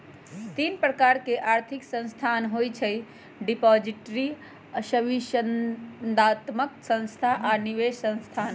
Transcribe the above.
तीन प्रकार के आर्थिक संस्थान होइ छइ डिपॉजिटरी, संविदात्मक संस्था आऽ निवेश संस्थान